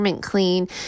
clean